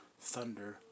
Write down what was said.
Thunder